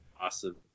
Awesome